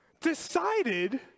Decided